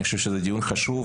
אני חושב שמדובר בדיון חשוב.